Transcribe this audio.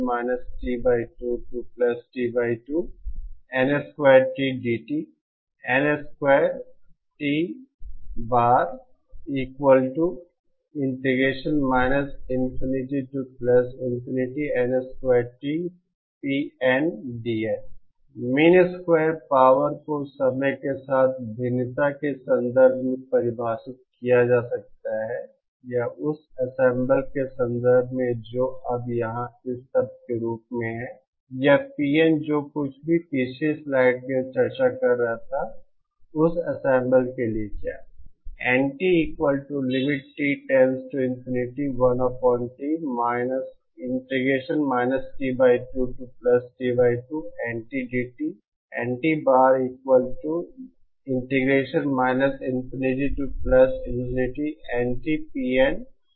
mean square power को समय के साथ भिन्नता के संदर्भ में परिभाषित किया जा सकता है या उस एंसेंबल के संदर्भ में जो अब यहां इस शब्द के रूप में है यह PN जो कुछ भी पिछली स्लाइड में चर्चा कर रहा था उस एंसेंबल के लिए क्या